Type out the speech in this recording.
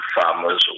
farmers